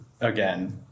again